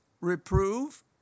reprove